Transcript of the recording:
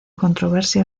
controversia